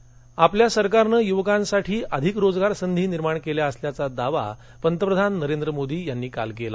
मोदी रोजगार आपल्या सरकारनं यूवकांसाठी अधिक रोजगार संधी निर्माण केल्या असल्याचा दावा पंतप्रधान नरेंद्र मोदी यांनी काल केला